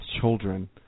children